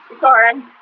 Sorry